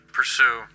pursue